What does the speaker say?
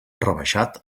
rebaixat